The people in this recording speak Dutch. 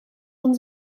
van